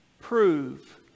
Prove